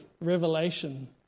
revelation